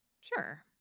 Sure